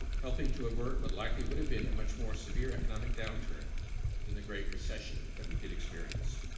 helping to avert what likely would have been a much more severe economic downturn than the great recession that we did experience.